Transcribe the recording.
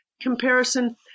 comparison